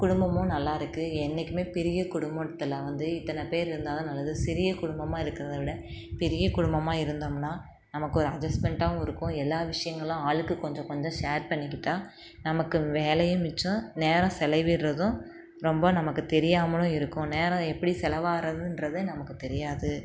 குடும்பமும் நல்லாயிருக்கு என்றைக்குமே பெரிய குடும்பத்தில் வந்து இத்தனை பேர் இருந்தால்தான் நல்லது சிறிய குடும்பமாக இருக்கிறத விட பெரிய குடும்பமாக இருந்தோம்னால் நமக்கு ஒரு அட்ஜஸ்மெண்ட்டாகவும் இருக்கும் எல்லா விஷயங்களும் ஆளுக்குக் கொஞ்சம் கொஞ்சம் ஷேர் பண்ணிக்கிட்டால் நமக்கு வேலையும் மிச்சம் நேரம் செலவிடுறதும் ரொம்ப நமக்குத் தெரியாமலும் இருக்கும் நேரம் எப்படி செலவாகிறதுன்றது நமக்குத் தெரியாது